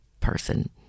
person